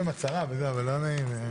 ביומטריים במסמכי זיהוי ובמאגר מידע,